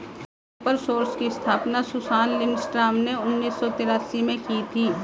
एपर सोर्स की स्थापना सुसान लिंडस्ट्रॉम ने उन्नीस सौ तेरासी में की थी